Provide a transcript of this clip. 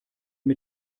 mit